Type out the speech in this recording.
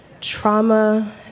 trauma